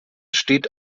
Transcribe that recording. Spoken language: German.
steht